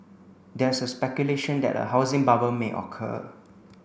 there is speculation that a housing bubble may occur